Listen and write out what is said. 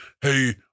hey